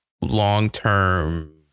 long-term